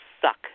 suck